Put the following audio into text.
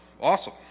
awesome